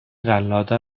قلاده